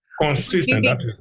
Consistent